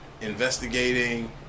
investigating